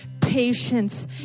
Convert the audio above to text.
patience